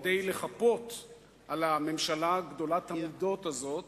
כדי לחפות על הממשלה גדולת המידות הזאת